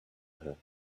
her